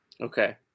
Okay